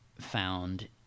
found